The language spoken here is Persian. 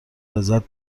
لذت